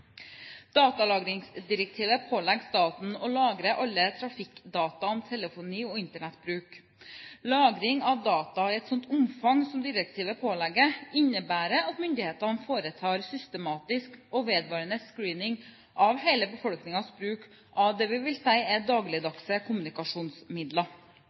Datalagringsdirektivet pålegger staten å lagre alle trafikkdata, telefoni og Internett-bruk. Lagring av data i et sånt omfang som direktivet pålegger, innebærer at myndighetene foretar systematisk og vedvarende screening av hele befolkningens bruk av det vi vil si er